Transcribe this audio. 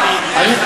להשאיר?